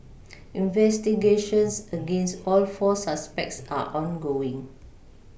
investigations against all four suspects are ongoing